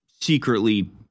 secretly